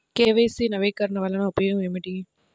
KYC నవీకరణ వలన ఉపయోగం ఏమిటీ?